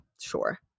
Sure